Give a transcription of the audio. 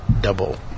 double